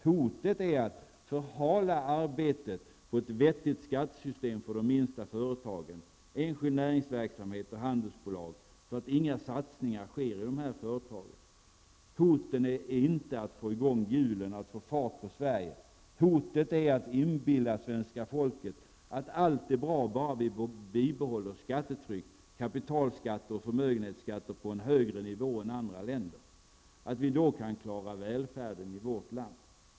Hotet är att vi förhalar arbetet på att få fram ett vettigt skattesystem för de minsta företagen, enskild näringsverksamhet och handelsbolag så, att inga satsningar sker i de här företagen. Hotet är inte att vi får hjulen att snurra och att vi får fart på Sverige. Hotet är att vi inbillar svenska folket att tro att allt är bra om vi bara bibehåller skattetryck, kapitalskatter och förmögenhetsskatter på en högre nivå än vad som gäller i andra länder -- dvs. att vi på det sättet kan klara välfärden i vårt land.